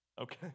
Okay